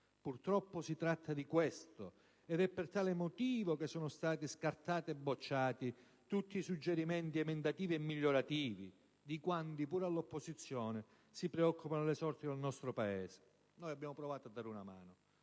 Purtroppo si tratta di questo, ed è per tale motivo che sono stati scartati e respinti tutti i suggerimenti emendativi migliorativi di quanti, pur dall'opposizione, si preoccupano delle sorti del nostro Paese. Noi abbiamo provato a dare una mano,